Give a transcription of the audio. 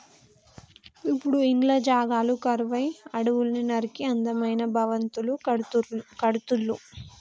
ఇప్పుడు ఇండ్ల జాగలు కరువై అడవుల్ని నరికి అందమైన భవంతులు కడుతుళ్ళు